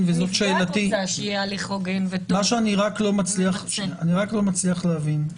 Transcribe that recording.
הנפגעת רוצה שיהיה הליך הוגן --- אני לא מצליח להבין.